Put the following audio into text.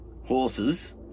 horses